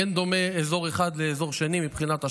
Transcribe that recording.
אין דומה אזור אחד לאזור שני מבחינת השמאות,